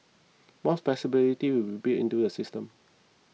more flexibility will be built into the system